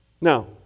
Now